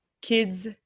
kids